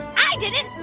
i didn't